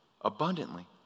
abundantly